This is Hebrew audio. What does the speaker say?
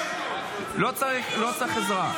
רגע, לא צריך לעזור.